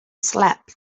slept